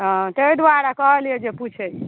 हँ ताहि दुआरे कहलियै जे पुछै छियै